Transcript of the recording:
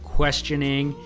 questioning